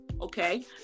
Okay